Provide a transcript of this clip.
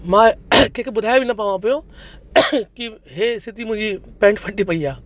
मां कंहिंखे ॿुधाए बि न पायां पियो की इहा स्थिति मुंहिंजी पैंट फटी पई आहे